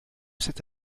cette